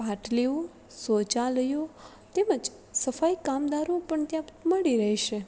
પાટલીઓ શૌચાલયો તેમજ સફાઈ કામદારો પણ ત્યાં મળી રહેશે